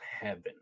heaven